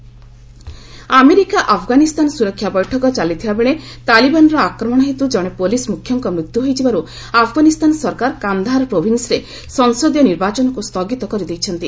Afghan election postponed America Afghanistan ସୁରକ୍ଷା ବୈଠକ ଚାଲିଥିବାବେଳେ ତାଲିବାନ୍ର ଆକ୍ରମଣ ହେତୁ ଜଣେ ପୁଲିସ୍ ମୁଖ୍ୟଙ୍କ ମୃତ୍ୟୁ ହୋଇଯିବାରୁ ଆଫଗାନିସ୍ତାନ ସରକାର କାନ୍ଦାହାର ପ୍ରୋଭିନ୍ସରେ ସଂସଦୀୟ ନିର୍ବାଚନକୁ ସ୍ଥଗିତ କରିଦେଇଛନ୍ତି